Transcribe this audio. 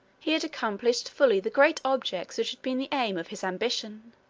he had accomplished fully the great objects which had been the aim of his ambition.